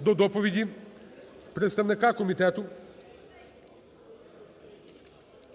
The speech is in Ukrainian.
до доповіді представника Комітету